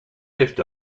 lift